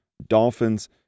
dolphins